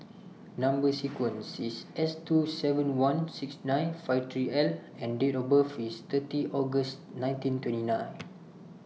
Number sequence IS S two seven one nine six five three L and Date of birth IS thirty August nineteen twenty nine